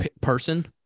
Person